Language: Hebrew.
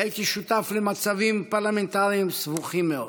הייתי שותף למצבים פרלמנטריים סבוכים מאוד,